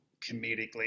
comedically